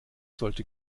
sollte